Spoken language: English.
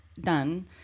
done